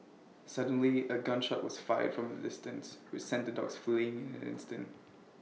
suddenly A gun shot was fired from A distance which sent the dogs fleeing in an instant